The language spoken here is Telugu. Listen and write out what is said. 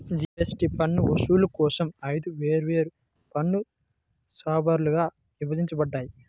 జీఎస్టీ పన్ను వసూలు కోసం ఐదు వేర్వేరు పన్ను స్లాబ్లుగా విభజించబడ్డాయి